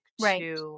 Right